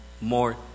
more